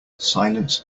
silence